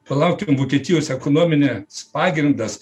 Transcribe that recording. palaukim vokietijos ekonominis pagrindas